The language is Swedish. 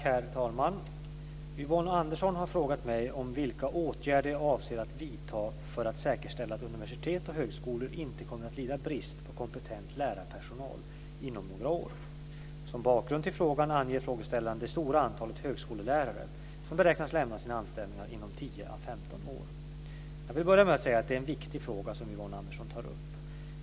Herr talman! Yvonne Andersson har frågat mig om vilka åtgärder jag avser att vidta för att säkerställa att universitet och högskolor inte kommer att lida brist på kompetent lärarpersonal inom några år. Som bakgrund till frågan anger frågeställaren det stora antalet högskolelärare som beräknas lämna sina anställningar inom 10 à 15 år. Jag vill börja med att säga att det är en viktig fråga som Yvonne Andersson tar upp.